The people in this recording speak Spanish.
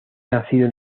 nacido